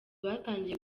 batangiye